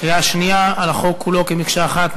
קריאה שנייה של החוק כמקשה אחת.